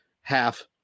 half